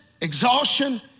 exhaustion